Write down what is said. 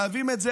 חייבים את זה,